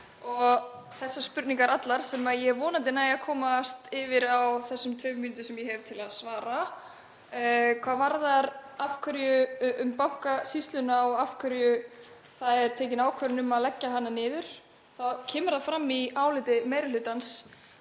og þessar spurningar allar sem ég vonandi næ ég að komast yfir á þeim tveimur mínútum sem ég hef til að svara. Hvað varðar Bankasýsluna og af hverju það er tekin ákvörðun um að leggja hana niður þá kemur það fram í áliti meiri hlutans